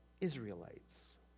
Israelites